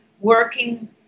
working